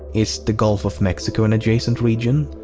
is the gulf of mexico an adjacent region?